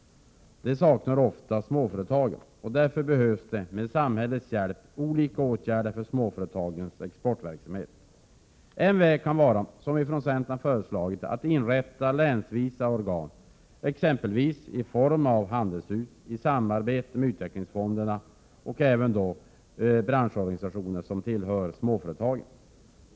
Detta saknar ofta småföretagen. Därför behövs samhällets hjälp till olika åtgärder för småföretagens exportverksamhet. En väg kan vara, vilket vi från centern föreslagit, att länsvis inrätta organ, exempelvis i form av handelshus i samarbete med utvecklingsfonderna och även branschorganisationer för småföretagen.